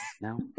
No